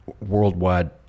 worldwide